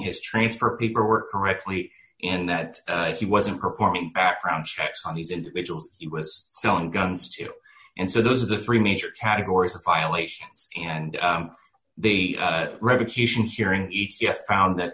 his transfer paperwork correctly and that he wasn't performing background checks on these individuals he was selling guns to and so those are the three major categories of violations and the repetitions hearing each year found that